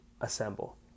assemble